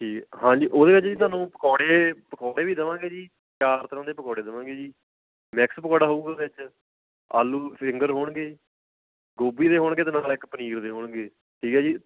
ਠੀਕ ਹਾਂਜੀ ਓਹਦੇ ਵਿੱਚ ਜੀ ਤੁਹਾਨੂੰ ਪਕੌੜੇ ਪਕੌੜੇ ਵੀ ਦੇਵਾਂਗੇ ਜੀ ਚਾਰ ਤਰ੍ਹਾਂ ਦੇ ਪਕੌੜੇ ਦੇਵਾਂਗੇ ਜੀ ਮੈਕਸ ਪਕੌੜਾ ਹੋਊਗਾ ਵਿੱਚ ਆਲੂ ਫਿੰਗਰ ਹੋਣਗੇ ਗੋਭੀ ਦੇ ਹੋਣਗੇ ਅਤੇ ਨਾਲ ਇੱਕ ਪਨੀਰ ਦੇ ਹੋਣਗੇ ਠੀਕ ਹੈ ਜੀ